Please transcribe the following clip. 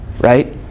right